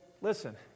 listen